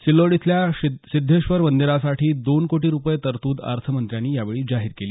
सिल्लोड इथल्या सिद्धेश्वर मंदिरासाठी दोन कोटी रुपये तरतूद अर्थमंत्र्यांनी यावेळी जाहीर केली